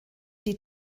die